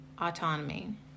Autonomy